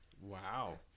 Wow